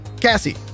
Cassie